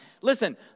Listen